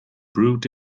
brewed